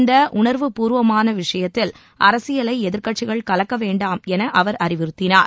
இந்த உணவுப்பூர்வமான விஷயத்தில் அரசியலை எதிர்க்கட்சிகள் கலக்க வேண்டாம் என அவர் வலியுறுத்தினார்